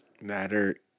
Matter